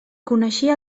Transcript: coneixia